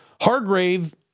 Hargrave